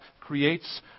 creates